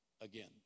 again